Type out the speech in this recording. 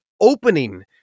opening